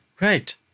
Right